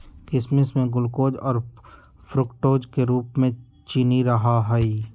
किशमिश में ग्लूकोज और फ्रुक्टोज के रूप में चीनी रहा हई